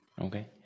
okay